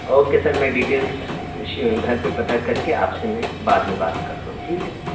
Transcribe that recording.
okay sir میں details گھر پہ پتہ کرکے آپ سے میں بعد میں بات کرتا ہوں ٹھیک ہے